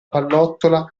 pallottola